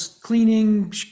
cleaning